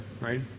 Right